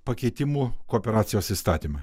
pakeitimų kooperacijos įstatyme